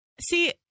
See